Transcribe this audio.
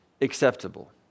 acceptable